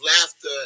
laughter